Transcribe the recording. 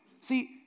See